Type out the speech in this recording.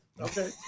Okay